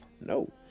no